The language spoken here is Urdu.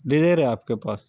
ڈزائر ہے آپ کے پاس